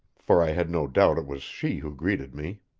for i had no doubt it was she who greeted me,